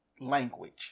language